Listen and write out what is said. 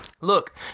Look